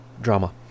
drama